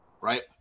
right